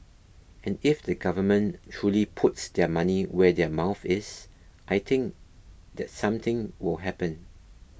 and if the government truly puts their money where their mouth is I think that something will happen